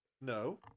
No